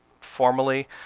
formally